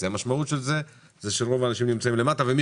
המשמעות של זה היא שרוב האנשים נמצאים מתחת לזה ומי